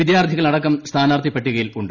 വിദ്യാർത്ഥികളടക്കം സ്ഥാനാർത്ഥി പട്ടികയിൽ ഉണ്ട്